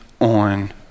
on